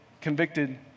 convicted